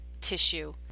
tissue